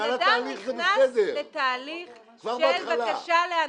כשבן אדם נכנס לתהליך של בקשה להנחות,